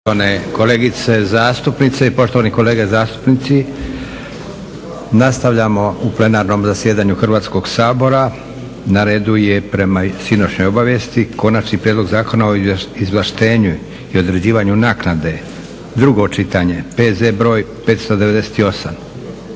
kolegice zastupnice i poštovani kolege zastupnici. Nastavljamo u plenarnom zasjedanju Hrvatskog sabora. Na redu je prema sinoćnjoj obavijesti: - Konačni prijedlog Zakona o izvlaštenju i određivanju naknade, drugo čitanje, P.Z br. 598;